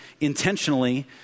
intentionally